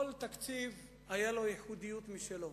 כל תקציב, היתה לו ייחודיות משלו.